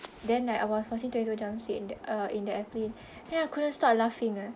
then like I was watching twenty-two jump street in the uh in the airplane then I couldn't stop laughing eh